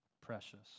precious